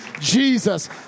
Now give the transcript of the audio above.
Jesus